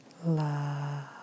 Love